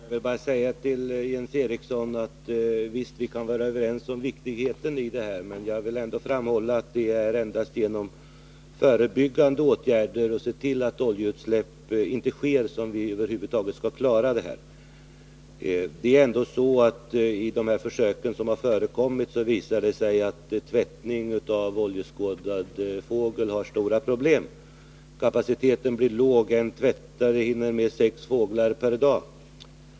Herr talman! Jag vill bara säga till Jens Eriksson att visst kan vi vara överens om riktigheten i hans resonemang. Men jag vill ändå framhålla att det endast är genom att med förebyggande åtgärder se till att oljeutsläpp inte sker som vi över huvud taget skall klara detta problem. De försök som har förekommit har visat att tvättning av oljeskadad fågel är förenad med stora problem. Kapaciteten blir låg. En tvättare hinner med sex fåglar per dag.